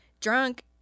drunk